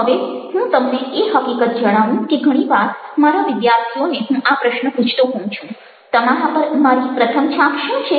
હવે હું તમને એ હકીકત જણાવું કે ઘણી વાર મારા વિદ્યાર્થીઓને હું આ પ્રશ્ન પૂછતો હોઉં છું તમારા પર મારી પ્રથમ છાપ શું છે